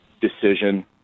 decision